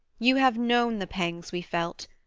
you have known the pangs we felt,